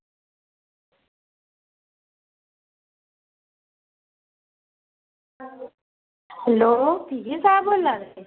hello PA साहब बोल्ला दे